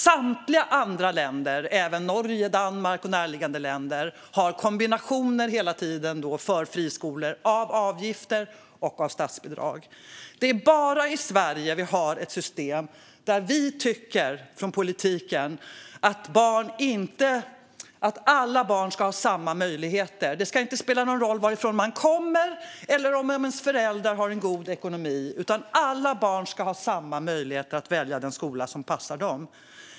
Samtliga andra länder, även Norge, Danmark och andra närliggande länder, har hela tiden kombinationer för friskolor av avgifter och statsbidrag. Det är bara i Sverige vi har ett system där vi från politikens sida tycker att alla barn ska ha samma möjligheter. Det ska inte spela någon roll varifrån man kommer eller om ens föräldrar har en god ekonomi, utan alla barn ska ha samma möjligheter att välja den skola som passar dem.